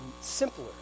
simpler